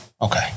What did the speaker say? Okay